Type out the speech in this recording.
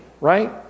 Right